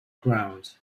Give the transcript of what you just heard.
ground